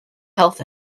health